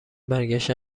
برگشتن